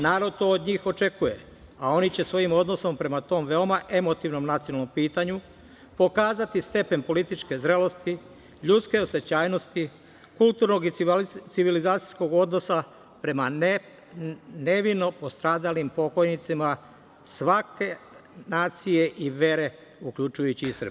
Narod to od njih očekuje, a oni će svojim odnosom prema tom veoma emotivnom nacionalnom pitanju pokazati stepen političke zrelosti, ljudske osećajnosti, kulturnog i civilizacijskog odnosa prema nevino postradalim pokojnicima svake nacije i vere, uključujući i Srbe.